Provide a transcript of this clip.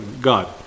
God